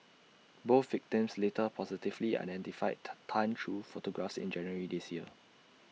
both victims later positively identified Tan through photographs in January this year